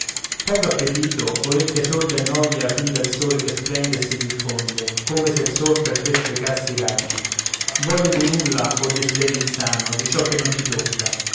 poco appetito orecchia sorda e noia fin del sole che splende e si diffonde come se il sol per te sprecasse i raggi voglia di nulla o desiderio insano di ciò che non ti tocca